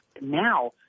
Now